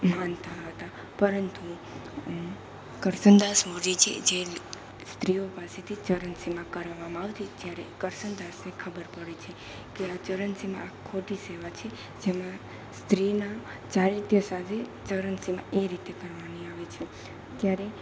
માનતા હતા પરંતુ કરસનદાસ મૂળજી છે જે સ્ત્રીઓ પાસેથી ચરણ સેવા કરાવામાં આવતી ત્યારે કરસન દાસને ખબર પડે છે કે આ ચરણ સેવા ખોટી સેવા છે જેમાં સ્ત્રીના ચારિત્ર્ય સાથે ચરણ સેવા એ રીતે કરવાની આવે છે ત્યારે